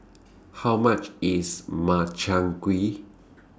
How much IS Makchang Gui